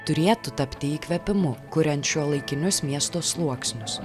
turėtų tapti įkvėpimu kuriant šiuolaikinius miesto sluoksnius